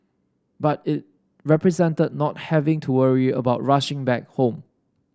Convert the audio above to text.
but it represented not having to worry about rushing back home